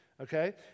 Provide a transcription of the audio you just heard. okay